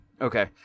Okay